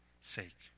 sake